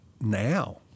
now